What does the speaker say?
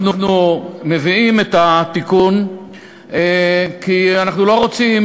אנחנו מביאים את התיקון כי אנחנו לא רוצים